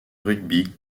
rugby